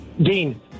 Dean